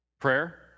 prayer